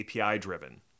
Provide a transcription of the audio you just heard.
API-driven